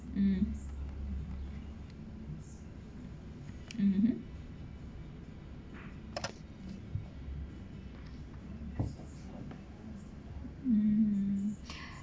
mm mmhmm mm